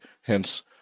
hence